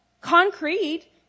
Concrete